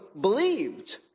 believed